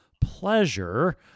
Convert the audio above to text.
pleasure